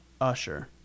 Usher